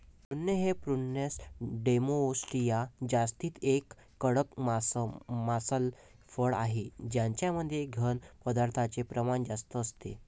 prune हे प्रूनस डोमेस्टीया जातीचे एक कडक मांसल फळ आहे ज्यामध्ये घन पदार्थांचे प्रमाण जास्त असते